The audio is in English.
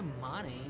money